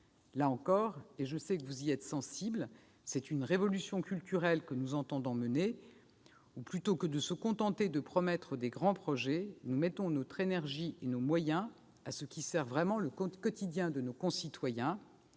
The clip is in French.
Là encore, et je sais que vous y êtes sensibles, c'est une révolution culturelle que nous entendons mener, où plutôt que de se contenter de promettre des grands projets, nous mettons notre énergie et nos moyens à ce qui sert vraiment le quotidien de nos concitoyens